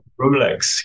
Rolex